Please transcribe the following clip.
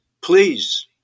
please